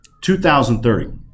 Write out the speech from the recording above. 2030